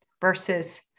versus